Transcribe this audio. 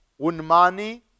Unmani